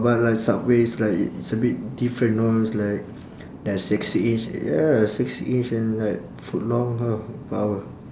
but like subway it's like it's a bit different know it's like there's six inch ya six inch and like foot long power